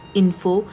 info